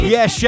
Yes